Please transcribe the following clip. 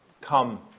come